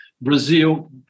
Brazil